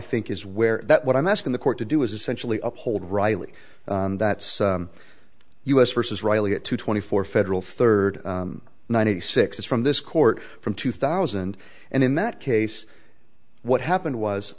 think is where that what i'm asking the court to do is essentially uphold wryly that's us versus riley at two twenty four federal third ninety six is from this court from two thousand and in that case what happened was